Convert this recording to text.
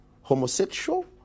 homosexual